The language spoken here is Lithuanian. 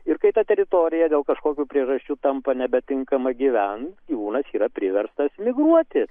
ir kai ta teritorija dėl kažkokių priežasčių tampa nebetinkama gyvent gyvūnas yra priverstas migruoti